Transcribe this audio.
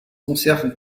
conserve